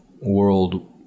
world